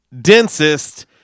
densest